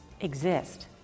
exist